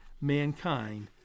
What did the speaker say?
mankind